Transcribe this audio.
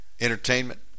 Entertainment